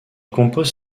compose